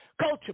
culture